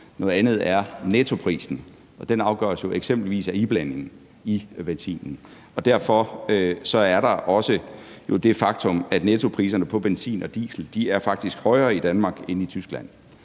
noget andet er nettoprisen. Den afgøres jo eksempelvis af iblandingen i benzinen, og derfor er det jo også et faktum, at nettopriserne på benzin og diesel faktisk er højere i Danmark end i Tyskland,